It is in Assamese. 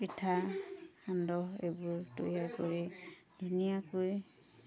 পিঠা সান্দহ এইবোৰ তৈয়াৰ কৰি ধুনীয়াকৈ